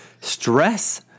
Stress